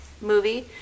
movie